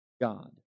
God